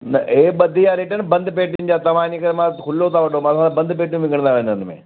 न हे ॿधी जा रेट बंदि पैकेट जा तव्हां वञी पाण खुलो तव्हां वठो मां सोचियां बंदि पैकेट विकिणंदा इन्हनि में